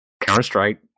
counter-strike